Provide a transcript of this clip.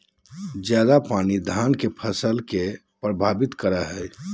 ज्यादा पानी धान के फसल के परभावित करो है?